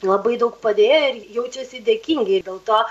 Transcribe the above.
labai daug padėjo ir jaučiasi dėkingi ir dėl to